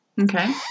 Okay